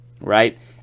right